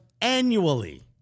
annually